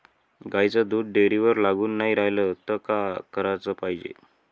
गाईचं दूध डेअरीवर लागून नाई रायलं त का कराच पायजे?